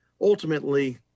ultimately